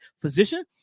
physician